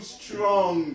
strong